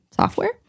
software